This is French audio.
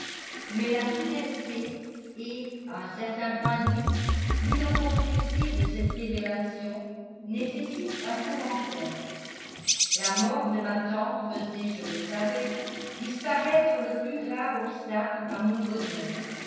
mais la soudaineté et à un certain point de vue l'inopportunité de cette révélation nécessite un commentaire la mort de ma tante faisait je le savais disparaître le plus grave obstacle à mon bonheur